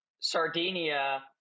Sardinia